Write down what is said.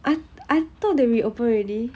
I I I thought they reopen already